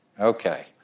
Okay